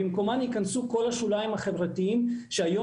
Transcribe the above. במקום ייכנסו כל השוליים החברתיים שהיום